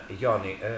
Johnny